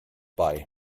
bei